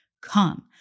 Come